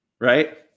right